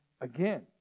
again